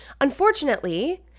Unfortunately